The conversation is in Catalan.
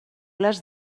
les